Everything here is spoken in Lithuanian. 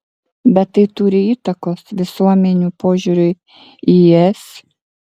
bet tai turi įtakos visuomenių požiūriui į es